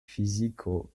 fiziko